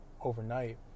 overnight